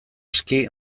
aski